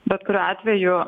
bet kuriuo atveju